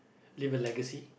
leave a legacy